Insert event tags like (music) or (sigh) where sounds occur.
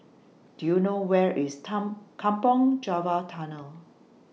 Do YOU know Where IS (unintelligible) Kampong Java Tunnel